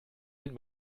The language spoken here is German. den